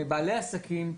בעלי עסקים,